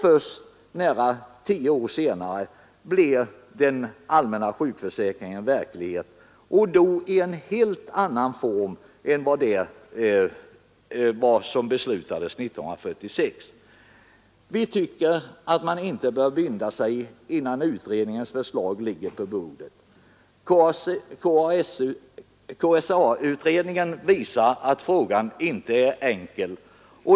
Först nära tio år senare blev den allmänna sjukförsäkringen verklighet och då i en helt annan form än vad som beslöts 1946. Vi tycker att man inte bör binda sig innan utredningens förslag ligger på bordet. KSA-utredningen visar att frågan inte är enkel.